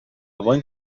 buen